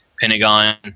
Pentagon